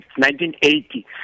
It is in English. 1980